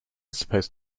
supposed